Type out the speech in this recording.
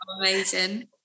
Amazing